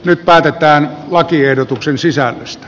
nyt päätetään lakiehdotuksen sisällöstä